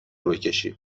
بکشی